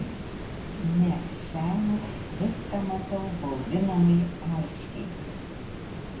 ne šiąnakt viską matau bauginamai aiškiai